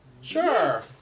Sure